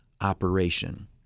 operation